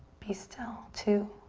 be still, two.